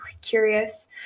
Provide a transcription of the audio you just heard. curious